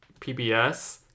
PBS